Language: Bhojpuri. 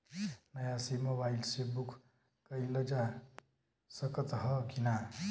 नया सिम मोबाइल से बुक कइलजा सकत ह कि ना?